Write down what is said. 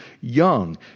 young